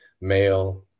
male